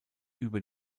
über